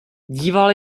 díval